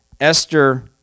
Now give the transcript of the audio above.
Esther